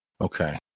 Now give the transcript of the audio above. Okay